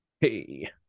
Hey